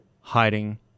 hiding